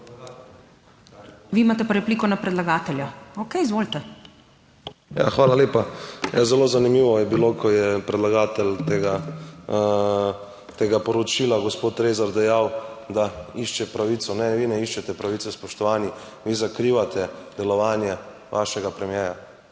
Vi imate pa repliko na predlagatelja? Okej, izvolite. ANDREJ POGLAJEN (PS SDS): Ja, hvala lepa. Ja, zelo zanimivo je bilo, ko je predlagatelj tega poročila, gospod Rezar dejal, da išče pravico. Ne, vi ne iščete pravice, spoštovani, vi zakrivate delovanje vašega premierja.